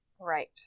Right